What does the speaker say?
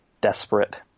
desperate